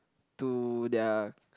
to their